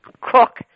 cook